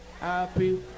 Happy